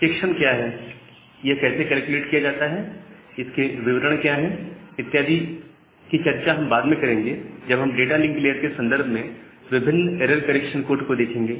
checksum क्या है यह कैसे कैलकुलेट किया जाता है इसके विवरण क्या है इत्यादि की चर्चा हम बाद में करेंगे जब हम डाटा लिंक लेयर के संदर्भ में विभिन्न एरर करेक्शन कोड को देखेंगे